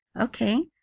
Okay